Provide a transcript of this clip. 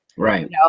right